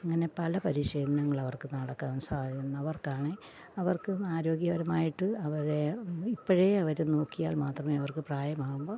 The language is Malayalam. അങ്ങനെ പല പരിശീലനങ്ങളവര്ക്ക് നടക്കാന് സാധിക്കുന്നവർക്കാണ് അവര്ക്ക് ഇന്നാരോഗ്യപരമായിട്ട് അവരെ ഇപ്പഴേ അവര് നോക്കിയാല് മാത്രമേ അവര്ക്ക് പ്രായമാവുമ്പോള്